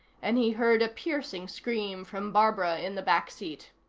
and he heard a piercing scream from barbara in the back seat.